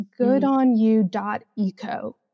goodonyou.eco